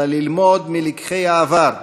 אלא ללמוד מלקחי העבר,